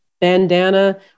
bandana